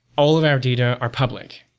all of our data are public.